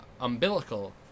umbilical